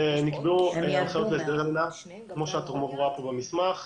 נקבעו הנחיות להסדרי לינה כמו שאת גם רואה פה במסמך.